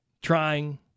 trying